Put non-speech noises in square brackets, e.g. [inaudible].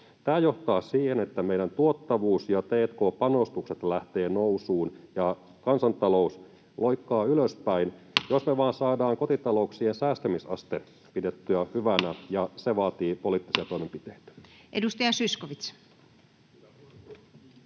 Tämä johtaa siihen, että meidän tuottavuus ja t&k-panostukset lähtevät nousuun ja kansantalous loikkaa ylöspäin, [noise] jos me vain saadaan kotitalouksien säästämisaste pidettyä hyvänä, [noise] ja se vaatii poliittisia toimenpiteitä. [Speech